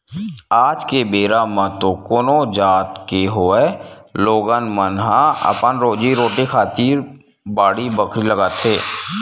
आज के बेरा म तो कोनो जात के होवय लोगन मन ह अपन रोजी रोटी खातिर बाड़ी बखरी लगाथे